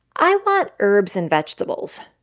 i want herbs and vegetables.